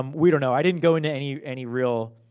um we don't know. i didn't go into any any real.